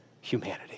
humanity